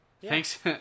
thanks